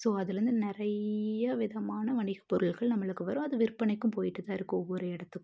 so அதுலேருந்து நிறைய விதமான வணிகப்பொருள்கள் நம்மளுக்கு வரும் அது விற்பனைக்கும் போயிட்டுதான் இருக்கும் ஒவ்வொரு இடத்துக்கும்